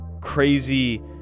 crazy